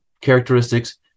characteristics